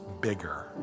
bigger